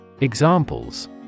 Examples